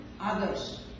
others